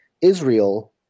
israel